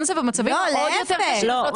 הזה ובמצבים העוד יותר קשים לא צריך אותו.